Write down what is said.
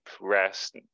rest